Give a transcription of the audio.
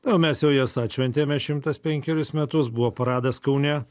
na mes jau jas atšventėme šimtas penkerius metus buvo paradas kaune